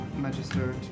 Magister